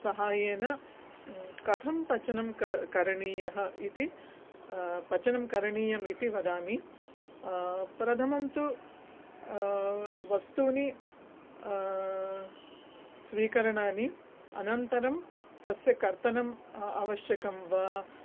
सहायेन कथं पचनं कः करणीयम् इति पचनं करणीयम् इति वदामि प्रथमं तु वस्तूनि स्वीकरणीयानि अनन्तरं तस्य कर्तनम् आवश्यकं वा